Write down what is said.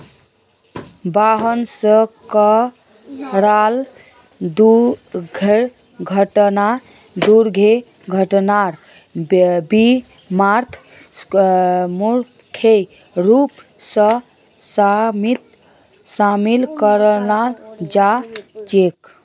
वाहन स कराल दुर्घटना दुर्घटनार बीमात मुख्य रूप स शामिल कराल जा छेक